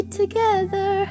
together